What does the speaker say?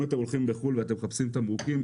אם אתם הולכים בחו"ל ומחפשים תמרוקים,